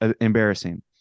embarrassing